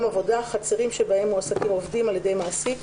עבודה" חצרים שבהם מועסקים עובדים על ידי מעסיק,